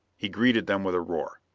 he greeted them with a roar.